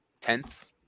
tenth